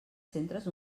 centres